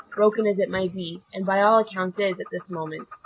broken as it may be and by all accounts is, at this moment.